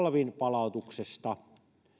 alvin palautuksesta